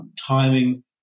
timing